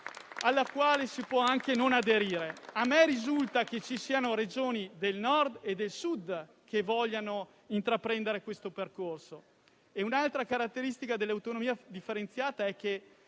alla quale si può anche non aderire. A me risulta che ci siano Regioni del Nord e del Sud che vogliono intraprendere questo percorso. Un'altra caratteristica dell'autonomia differenziata è che